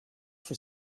for